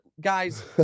Guys